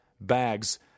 bags